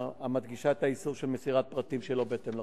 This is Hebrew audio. המדגישה את האיסור של מסירת פרטים שלא בהתאם לחוק.